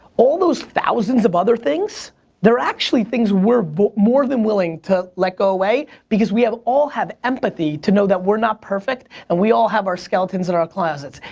all those thousands of other things they're actually things we're more than willing to let go away because we have all have empathy to know that we're not perfect and we all have our skeletons in our closets.